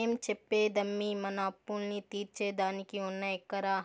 ఏం చెప్పేదమ్మీ, మన అప్పుల్ని తీర్సేదానికి ఉన్న ఎకరా